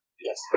Yes